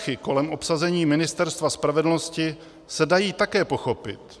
Šachy kolem obsazení Ministerstva spravedlnosti se dají také pochopit.